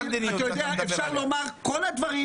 ישבתי